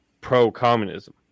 pro-communism